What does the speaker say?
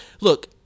look